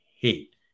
hate